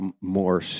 more